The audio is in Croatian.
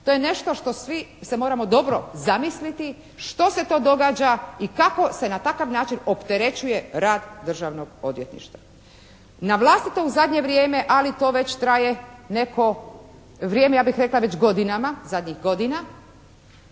To je nešto što svi se moramo dobro zamisliti što se to događa i kako se na takav način opterećuje rad Državnog odvjetništva. Na vlasti to u zadnje vrijeme, ali to već traje već neko vrijeme, ja bih rekla već godinama, zadnjih godina